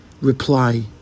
reply